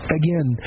again